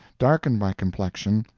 darkened my complexion,